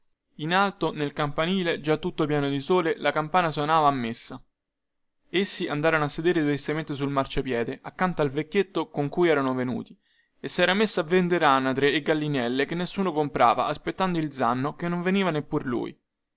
in alto nel campanile già tutto pieno di sole la campana sonava a messa essi andarono a sedere tristamente sul marciapiede accanto al vecchietto con cui erano venuti e che sera messo a vender anatre e gallinelle che nessuno comprava aspettando il zanno che non veniva neppur lui